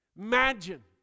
Imagine